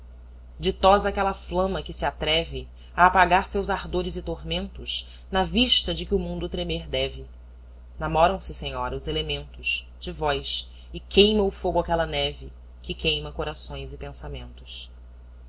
via ditosa aquela flama que se atreve apagar seus ardores e tormentos na vista de que o mundo tremer deve namoram se senhora os elementos de vós e queima o fogo aquela neve que queima corações e pensamentos